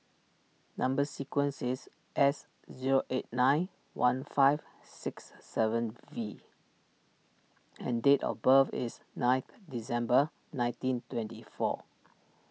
Number Sequence is S zero eight nine one five six seven V and date of birth is ninth December nineteen twenty four